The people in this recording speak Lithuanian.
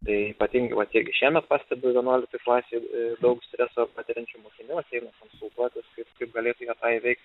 tai ypatingai vat irgi šiemet pastebiu vienuoliktoj klasėj daug streso patiriančių mokinių ateina konsultuotis kaip kaip galėtų jie tą įveikt